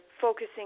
focusing